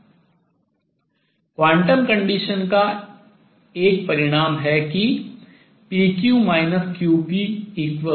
quantum condition quantum शर्त का एक परिणाम है कि iI है